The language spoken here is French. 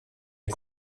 est